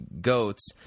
goats